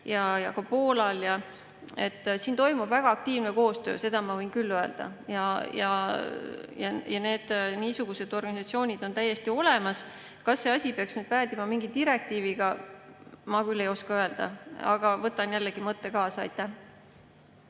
ka Poolal. Siin toimub väga aktiivne koostöö, seda ma võin küll öelda. Ja niisugused organisatsioonid on täiesti olemas. Kas see asi peaks päädima mingi direktiiviga? Ma küll ei oska öelda. Aga võtan jällegi mõtte kaasa.